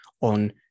on